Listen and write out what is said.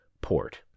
port